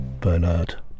Bernard